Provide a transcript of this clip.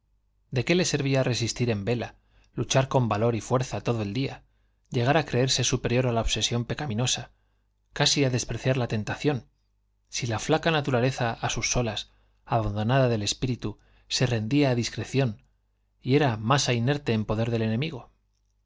de qué le servía resistir en vela luchar con valor y fuerza todo el día llegar a creerse superior a la obsesión pecaminosa casi a despreciar la tentación si la flaca naturaleza a sus solas abandonada del espíritu se rendía a discreción y era masa inerte en poder del enemigo